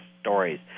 stories